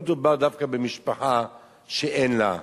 לא מדובר דווקא במשפחה שאין לה.